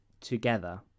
together